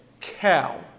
cow